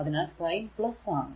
അതിനാൽ സൈൻ ആണ്